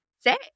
say